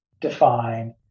define